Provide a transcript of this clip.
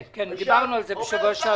כן, דיברנו על זה בשבוע שעבר.